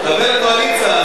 חבר קואליציה,